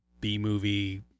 B-movie